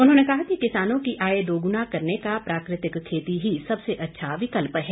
उन्होंने कहा कि किसानों की आय दोगुना करने का प्राकृतिक खेती ही सबसे अच्छा विकल्प है